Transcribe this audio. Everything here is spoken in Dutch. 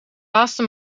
laatste